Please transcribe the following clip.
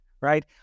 right